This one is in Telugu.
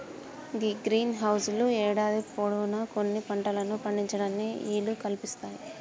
గీ గ్రీన్ హౌస్ లు యేడాది పొడవునా కొన్ని పంటలను పండించటానికి ఈలు కల్పిస్తాయి